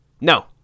No